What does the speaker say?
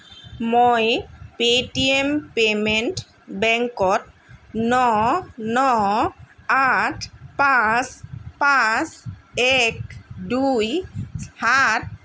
মই Paytm payment বেংকত ন ন আঠ পাঁচ পাঁচ এক দুই সাত